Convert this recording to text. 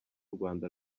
rwanda